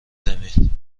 زمین